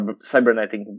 cybernetic